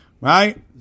Right